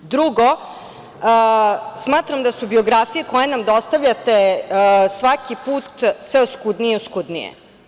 Drugo, smatram da su biografije koje nam dostavljate svaki put sve oskudnije i oskudnije.